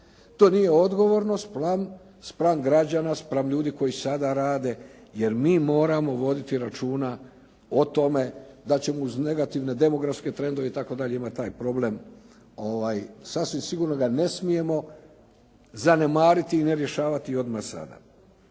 To nije odgovornost spram građana, spram ljudi koji sada rade, jer mi moramo voditi računa o tome da ćemo uz negativne demografske trendove itd. imati taj problem. Sasvim sigurno ga ne smijemo zanemariti i ne rješavati odmah sada.